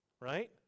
right